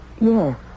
Yes